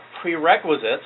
prerequisites